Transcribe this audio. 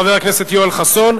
חבר הכנסת יואל חסון,